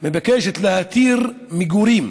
מבקשת להתיר מגורים